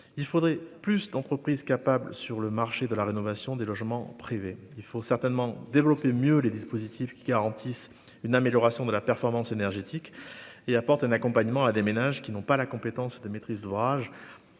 il faudrait plus d'entreprises capable sur le marché de la rénovation des logements privés, il faut certainement développer mieux les dispositifs qui garantissent une amélioration de la performance énergétique et apporte un accompagnement à des ménages qui n'ont pas la compétence de maîtrise d'ouvrage